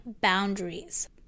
boundaries